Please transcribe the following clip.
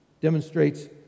demonstrates